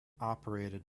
operated